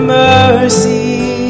mercy